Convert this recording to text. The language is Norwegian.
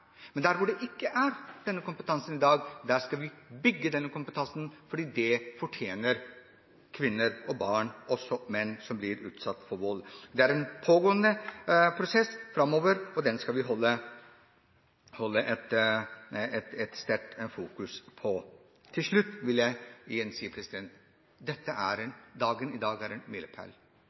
Men der hvor denne kompetansen ikke er i dag, skal vi bygge denne kompetansen, for det fortjener kvinner og barn, og også menn, som blir utsatt for vold. Det er en pågående prosess framover, og den skal vi ha et sterkt fokus på. Til slutt vil jeg igjen si: Dagen i dag er en milepæl.